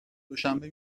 دوشنبه